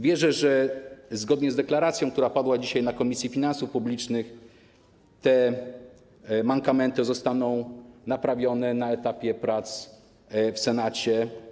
Wierzę, że zgodnie z deklaracją, która padła dzisiaj na posiedzeniu Komisji Finansów Publicznych, te mankamenty zostaną naprawione na etapie prac w Senacie.